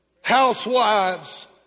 housewives